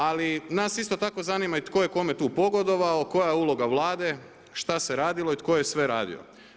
Ali nas isto tako zanima i tko je kome tu pogodovao, koja je uloga Vlade, šta se radilo i tko je sve radio.